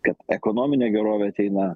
kad ekonominė gerovė ateina